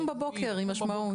לקום בבוקר עם משמעות.